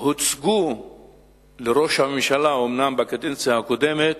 הוצגו לראש הממשלה, אומנם בקדנציה הקודמת,